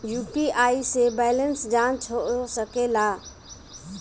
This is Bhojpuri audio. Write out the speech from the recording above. यू.पी.आई से बैलेंस जाँच हो सके ला?